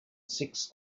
six